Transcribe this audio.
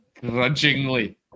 grudgingly